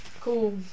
Cool